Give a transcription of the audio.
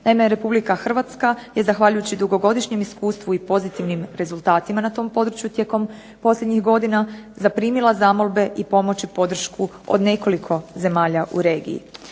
Naime, Republika Hrvatska je zahvaljujući dugogodišnjem iskustvu i pozitivnim rezultatima na tom području tijekom posljednjih godina zaprimila zamolbe i pomoć i podršku od nekoliko zemalja u regiji.